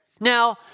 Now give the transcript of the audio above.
Now